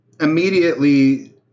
immediately